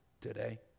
today